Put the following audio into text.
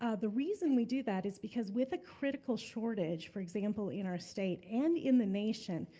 ah the reason we do that is because with a critical shortage, for example, in our state and in the nation,